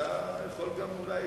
אולי אתה יכול גם.